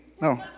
No